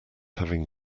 having